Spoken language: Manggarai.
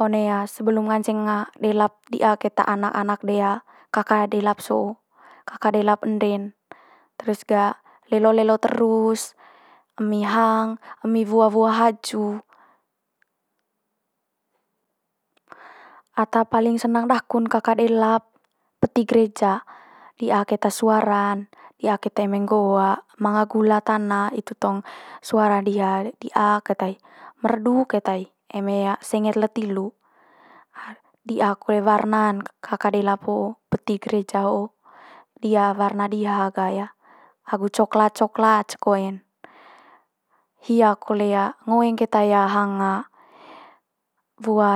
One sebelum nganceng delap di'a keta anak anak de kaka delap so'o kaka delap ende'n. Terus gah lelo leo terus emi hang, emi wua wua haju. Ata paling senang daku'n kaka delap peti gereja, di'a keta suara'n, di'a keta eme nggo'o manga gula tana itu tong suara diha di'a keta i, merdu keta i eme senget le tilu. Di'a kole warna'n kaka delap ho'o peti gereja ho'o di'a warna diha ga agu coklat coklat ce koe'n. Hia kole ngoeng keta hang wua